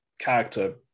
character